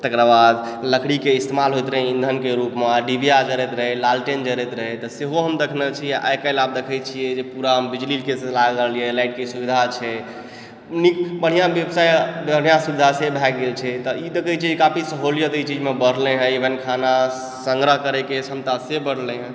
तकरा बाद लकड़ीकेँ इस्तेमाल होइत रहै ईंधनके रूपमे डिबिआ जड़ैत रहै लालटेन जड़ैत रहै तऽ सेहो हम देखने छी आओर आइकाल्हि आब देखैत छियै जे पूरा हम बिजलीके लागल यऽ लाइटके सुविधा छै नीक बढ़िआँ सुविधा से भए गेल छै तऽ ई तऽ कहै छै काफी सहुलियत अइ चीजमे बढ़लै हँ खाना सङ्ग्रह करैके क्षमता से बढ़लै हँ